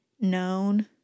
known